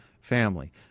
family